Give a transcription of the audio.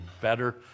better